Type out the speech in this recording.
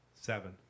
Seven